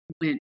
went